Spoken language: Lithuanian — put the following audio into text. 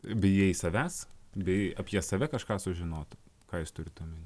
bijai savęs bei apie save kažką sužinot ką jūs turit omeny